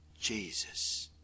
Jesus